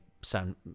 sound